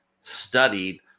studied